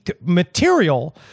material